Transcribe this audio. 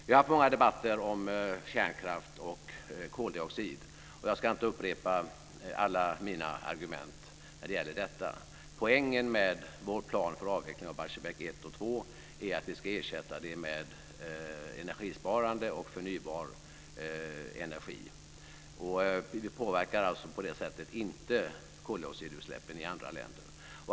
Vi har haft många debatter om kärnkraft och koldioxid, och jag ska inte upprepa alla mina argument när det gäller detta. Poängen med vår plan för avveckling av Barsebäck 1 och 2 är att vi ska ersätta med energisparande och förnybar energi. På det sättet påverkar vi alltså inte koldioxidutsläppen i andra länder.